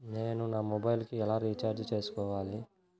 నేను నా మొబైల్కు ఎలా రీఛార్జ్ చేసుకోవాలి?